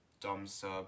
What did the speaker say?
dom-sub